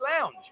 Lounge